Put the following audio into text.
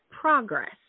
progress